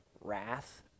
Wrath